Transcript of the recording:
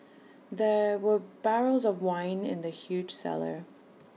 there were barrels of wine and the huge cellar